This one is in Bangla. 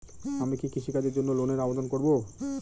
আমি কি কৃষিকাজের জন্য লোনের আবেদন করব?